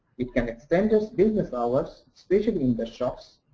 it can extend those business hours especially in the shops,